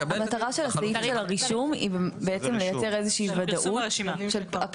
המטרה של הסעיף של הרישום היא בעצם לייצר איזה שהיא ודאות של,